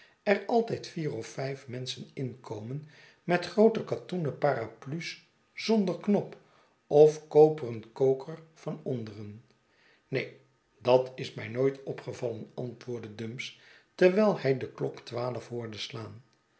er altijd vier of vijf menschen inkomen met groote katoenen parapluies zonder knop of koperen koker van onderen neen dat is mij nooit opgevallen antwoordde dumps terwijl hij deklok twaalf hoorde slaan